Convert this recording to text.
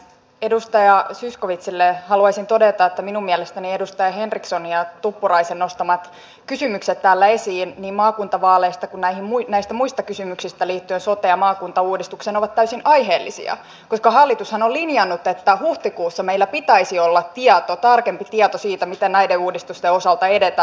edustaja zyskowiczille haluaisin todeta että minun mielestäni edustaja henrikssonin ja tuppuraisen täällä esiinnostamat kysymykset niin maakuntavaaleista kuin näistä muista kysymyksistä liittyen soteen ja maakuntauudistukseen ovat täysin aiheellisia koska hallitushan on linjannut että huhtikuussa meillä pitäisi olla tieto tarkempi tieto siitä miten näiden uudistusten osalta edetään